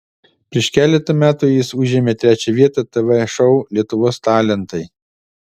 prieš keletą metų jis užėmė trečią vietą tv šou lietuvos talentai